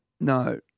No